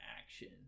action